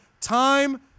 time